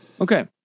okay